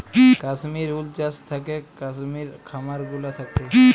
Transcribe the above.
Kashmir wool চাস থাকেক কাশ্মির খামার গুলা থাক্যে